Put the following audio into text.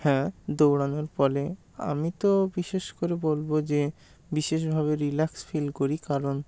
হ্যাঁ দৌড়ানোর ফলে আমি তো বিশেষ করে বলব যে বিশেষভাবে রিল্যাক্স ফিল করি কারণ